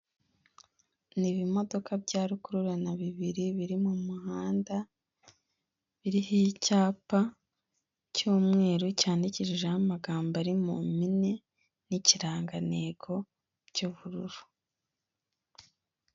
Ni ibimodoka bya rukururana bibiri biri mu muhanda biriho icyapa cy'umweru cyandikijeho amagambo ari mu mpine n'ikirangantego cy'ubururu.